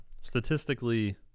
statistically